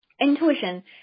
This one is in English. Intuition